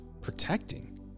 protecting